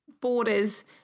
borders